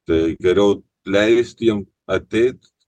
tai geriau leisti jiem ateit